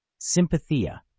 Sympathia